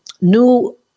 new